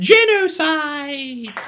Genocide